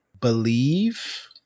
believe